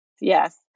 Yes